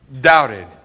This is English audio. doubted